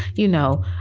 you know,